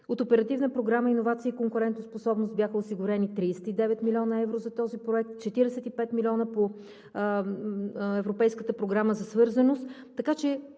„Иновации и конкурентоспособност“ бяха осигурени 39 млн. евро за този проект, 45 млн. евро по Европейската програма за свързаност.